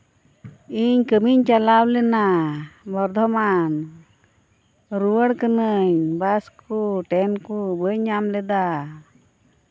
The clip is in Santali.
ᱤᱧ ᱠᱟᱹᱢᱤᱧ ᱪᱟᱞᱟᱣ ᱞᱮᱱᱟ ᱵᱚᱨᱫᱷᱚᱢᱟᱱ ᱨᱩᱣᱟᱹᱲ ᱠᱟᱹᱱᱟᱹᱧ ᱵᱟᱥ ᱠᱚ ᱴᱨᱮᱱ ᱠᱚ ᱵᱟᱹᱧ ᱧᱟᱢ ᱞᱮᱫᱟ